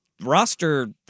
roster